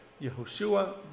Yehoshua